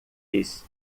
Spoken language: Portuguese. lhes